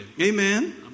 Amen